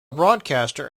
broadcaster